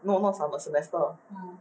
no not summer semester